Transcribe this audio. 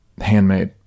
handmade